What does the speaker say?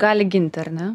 gali ginti ar ne